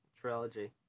trilogy